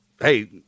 hey